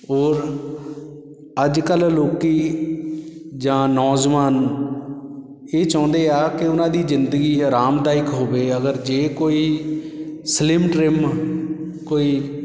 ਔਰ ਅੱਜ ਕੱਲ੍ਹ ਲੋਕ ਜਾਂ ਨੌਜਵਾਨ ਇਹ ਚਾਹੁੰਦੇ ਆ ਕਿ ਉਹਨਾਂ ਦੀ ਜ਼ਿੰਦਗੀ ਆਰਾਮਦਾਇਕ ਹੋਵੇ ਅਗਰ ਜੇ ਕੋਈ ਸਲਿੰਮ ਟਰਿੰਮ ਕੋਈ